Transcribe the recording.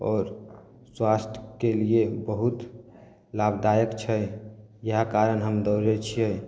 आओर स्वास्थके लिए बहुत लाभदायक छै इएह कारण हम दौड़य छियै